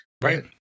Right